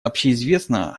общеизвестно